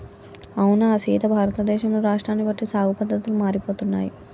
అవునా సీత భారతదేశంలో రాష్ట్రాన్ని బట్టి సాగు పద్దతులు మారిపోతున్నాయి